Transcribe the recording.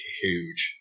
huge